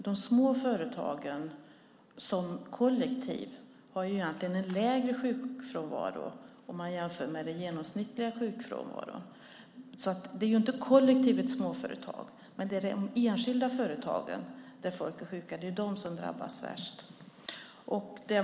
De små företagen som kollektiv har egentligen en lägre sjukfrånvaro om man jämför med den genomsnittliga sjukfrånvaron. Det handlar alltså inte om kollektivet småföretag, utan det är de enskilda företagen där folk är sjuka som drabbas värst.